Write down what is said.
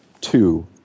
two